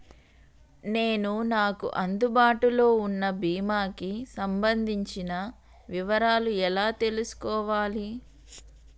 నేను నాకు అందుబాటులో ఉన్న బీమా కి సంబంధించిన వివరాలు ఎలా తెలుసుకోవాలి?